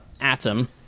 atom